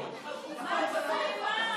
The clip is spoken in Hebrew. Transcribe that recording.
מצלמה,